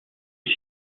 est